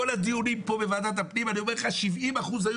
כל הדיונים פה בוועדת הפנים 70% היו